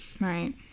Right